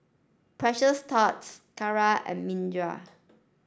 Precious Thots Kara and Mirinda